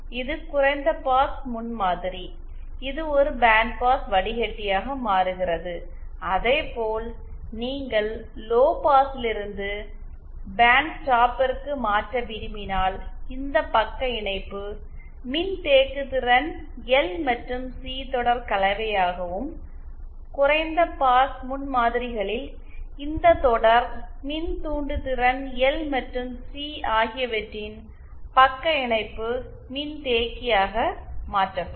இது குறைந்த பாஸ் முன்மாதிரி இது ஒரு பேண்ட்பாஸ் வடிகட்டியாக மாறுகிறது அதேபோல் நீங்கள் லோபாஸிலிருந்து பேண்ட்ஸ்டாப்பிற்கு மாற்ற விரும்பினால் இந்த பக்க இணைப்பு மின்தேக்குதிறன் எல் மற்றும் சி தொடர் கலவையாகவும் குறைந்த பாஸ் முன்மாதிரிகளில் இந்த தொடர் மின்தூண்டுத்திறன் எல் மற்றும் சி ஆகியவற்றின் பக்க இணைப்பு மின்தேக்கியாக மாற்றப்படும்